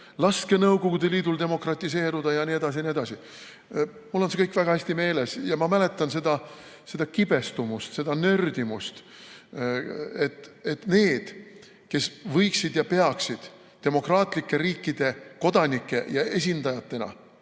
laske Nõukogude Liidul demokratiseeruda jne. Mul on see kõik väga hästi meeles. Ja ma mäletan seda kibestumust, seda nördimust, et need, kes võiksid ja peaksid demokraatlike riikide kodanike ja esindajatena